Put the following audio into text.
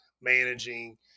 managing